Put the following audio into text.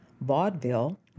Vaudeville